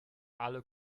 alle